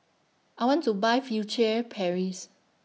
I want to Buy Furtere Paris